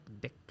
dick